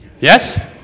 Yes